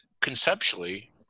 conceptually